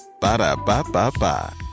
Ba-da-ba-ba-ba